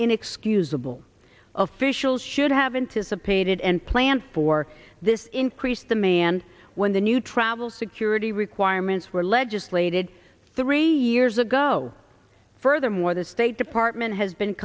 inexcusable officials should have anticipated and planned for this increased demand when the new travel security requirements were legislated three years ago furthermore the state department has been